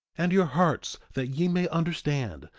and your hearts that ye may understand,